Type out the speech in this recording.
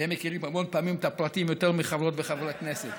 והם מכירים המון פעמים את הפרטים יותר מחברות וחברי הכנסת.